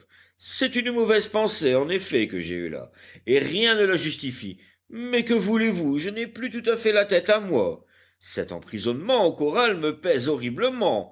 c'est une mauvaise pensée en effet que j'ai eue là et rien ne la justifie mais que voulez-vous je n'ai plus tout à fait la tête à moi cet emprisonnement au corral me pèse horriblement